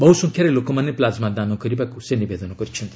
ବହୁସଂଖ୍ୟାରେ ଲୋକମାନେ ପ୍ଲାଜ୍ମା ଦାନ କରିବାକୁ ସେ ନିବେଦନ କରିଛନ୍ତି